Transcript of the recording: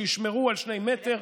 שישמרו על שני מטר,